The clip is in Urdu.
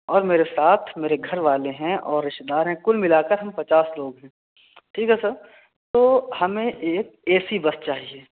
اور میرے ساتھ میرے گھر والے ہیں اور رشتے دار ہیں کل ملا کر ہم پچاس لوگ ہیں ٹھیک ہے سر تو ہمیں ایک اے سی بس چاہیے